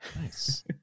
Nice